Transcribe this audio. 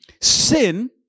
sin